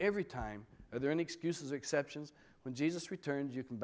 every time there any excuses exceptions when jesus returns you can